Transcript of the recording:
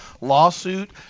lawsuit